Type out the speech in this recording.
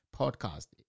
podcast